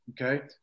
Okay